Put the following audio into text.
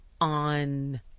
on